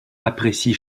apprécie